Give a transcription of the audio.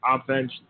offense